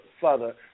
further